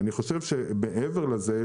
מעבר לזה,